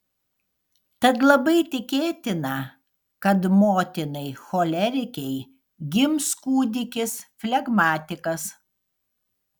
tad labai tikėtina kad motinai cholerikei gims kūdikis flegmatikas